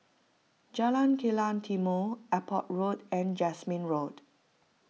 Jalan Kilang Timor Airport Road and Jasmine Road